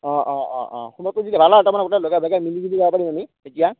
অঁ অঁ অঁ অঁ খবৰটো দিলে ভাল আৰু তাৰমানে গোটেই লগে ভাগে মিলি জুলি যাব পাৰিম আমি তেতিয়া